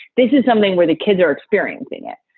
this is something where the kids are experiencing it.